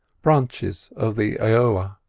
branches of the aoa,